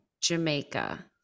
Jamaica